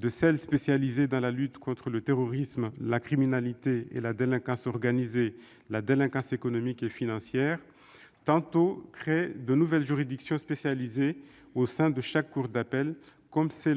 qui sont spécialisées dans la lutte contre le terrorisme, la criminalité et la délinquance organisées, la délinquance économique et financière -, tantôt créent de nouvelles juridictions spécialisées au sein de chaque cour d'appel- ainsi